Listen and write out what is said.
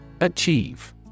Achieve